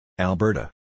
Alberta